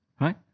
right